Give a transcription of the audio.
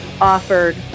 offered